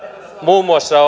muun muassa